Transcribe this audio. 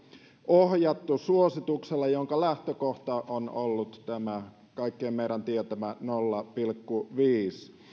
ohjattu suosituksella jonka lähtökohta on ollut tämä kaikkien meidän tietämä nolla pilkku viisi